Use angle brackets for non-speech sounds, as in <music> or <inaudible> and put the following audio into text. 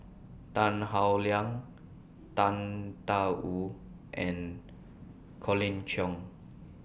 <noise> Tan Howe Liang Tang DA Wu and Colin Cheong